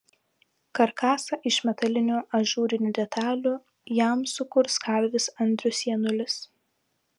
karkasą iš metalinių ažūrinių detalių jam sukurs kalvis andrius janulis